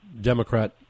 Democrat